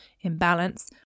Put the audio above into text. imbalance